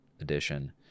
Edition